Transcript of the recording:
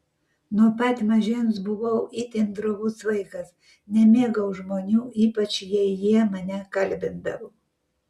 nuo pat mažens buvau itin drovus vaikas nemėgau žmonių ypač jei jie mane kalbindavo